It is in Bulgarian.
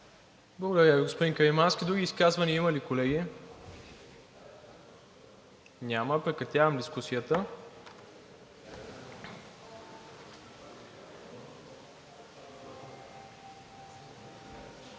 Благодаря Ви, господин Каримански. Други изказвания има ли, колеги? Няма. Прекратявам дискусията.